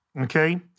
okay